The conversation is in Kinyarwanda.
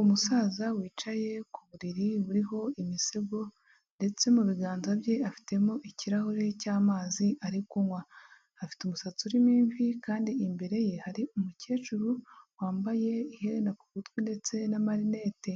Umusaza wicaye ku buriri buriho imisego, ndetse mu biganza bye afitemo ikirahure cy'amazi ari kunywa. Afite umusatsi urimo imvi kandi imbere ye hari umukecuru, wambaye iherena ku gutwi ndetse n'amarinete.